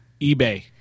eBay